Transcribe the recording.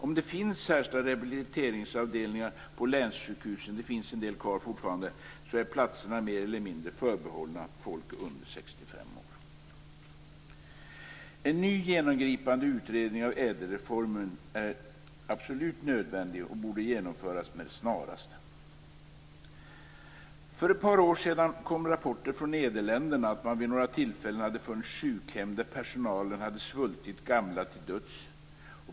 Om det finns särskilda rehabiliteringsavdelningar på länssjukhusen - och det finns den del kvar fortfarande - är platserna mer eller mindre förbehållna folk under 65 år. En ny genomgripande utredning av ädelreformen är absolut nödvändig och borde genomföras med det snaraste. För ett par år sedan kom rapporter från Nederländerna om att man vid några tillfällen hade funnit sjukhem där personalen hade svultit gamla till döds.